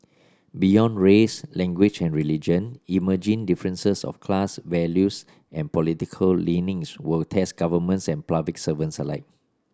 beyond race language and religion emerging differences of class values and political leanings will test governments and public servants alike